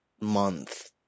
month